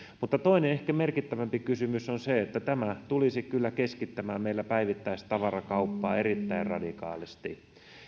toinen ehkä merkittävämpi kysymys on se että tämä tulisi kyllä keskittämään meillä päivittäistavarakauppaa erittäin radikaalisti